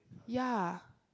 ya